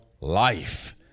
life